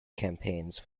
campaigns